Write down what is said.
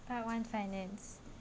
part one finance